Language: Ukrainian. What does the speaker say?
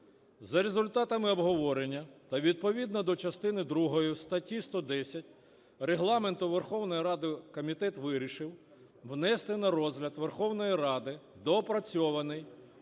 За результатами обговорення та відповідно до частини другої статті 110 Регламенту Верховної Ради комітет вирішив внести на розгляд Верховної Ради доопрацьований